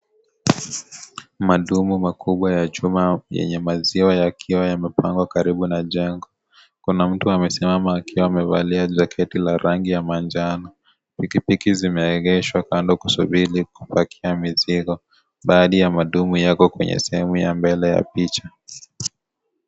Madumu makubwa ya chuma yenye maziwa yakiwa yamepangwa karibu na jengo. Kuna mtu amesimama akiwa amevalia jaketi la rangi ya manjano. Pikipiki zimeegeshwa kando kusubiri kupakia mizigo. Baadhi ya madumu yako kwenye sehemu ya mbele ya picha.